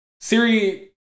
Siri